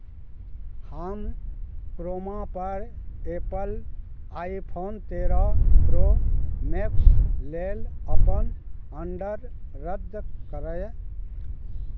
हम क्रोमापर Apple iPhone तेरह प्रो मैक्स लेल अपन अण्डर रद्द करय